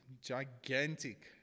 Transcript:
gigantic